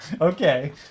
okay